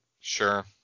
Sure